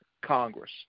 Congress